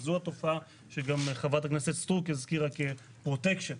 שזאת התופעה שגם חברת הכנסת סטרוק הזכירה כפרוטקשן.